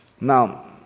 Now